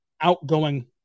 outgoing